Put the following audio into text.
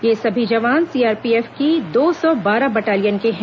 ये सभी जवान सीआरपीएफ की दो सौ बारह बटालियन के हैं